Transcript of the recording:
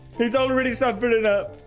he's already suffered it up